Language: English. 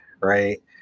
right